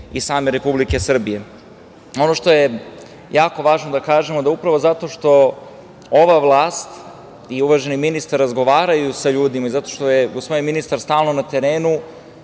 i same Republike Srbije. Ono što jako važno da kažemo, da upravo zato što ova vlast i uvaženi ministar razgovaraju sa ljudima i zato što je gospodin ministar stalno na terenu,